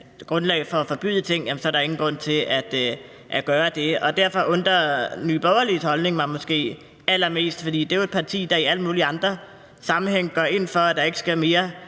grundlag for at forbyde ting, er der ingen grund til at gøre det. Derfor undrer Nye Borgerliges holdning mig måske allermest, for det er jo et parti, der i alle mulige andre sammenhænge går ind for, at der ikke skal mere